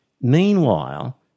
meanwhile